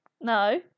No